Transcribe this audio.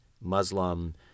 Muslim